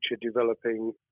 developing